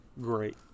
Great